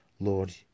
Lord